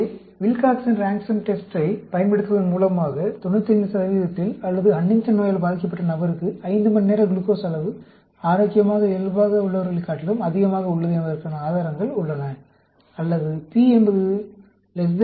எனவே Wilcoxon rank sum டெஸ்டைப் பயன்படுத்துவதன்மூலமாக 95 இல் அல்லது ஹண்டிங்டன் நோயால் பாதிக்கப்பட்ட நபருக்கு 5 மணிநேர குளுக்கோஸ் அளவு ஆரோக்கியமாக இயல்பாக உள்ளவர்களைக் காட்டிலும் அதிகமாக உள்ளது என்பதற்கான ஆதாரங்கள் உள்ளன அல்லது p என்பது ≤ 0